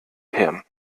hirn